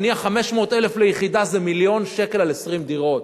נניח 500,000 ליחידה, זה מיליון שקל על 20 דירות.